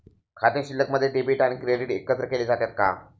खाते शिल्लकमध्ये डेबिट आणि क्रेडिट एकत्रित केले जातात का?